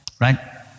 right